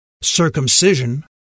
circumcision